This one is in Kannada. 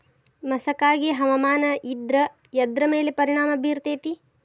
ಮಸಕಾಗಿ ಹವಾಮಾನ ಇದ್ರ ಎದ್ರ ಮೇಲೆ ಪರಿಣಾಮ ಬಿರತೇತಿ?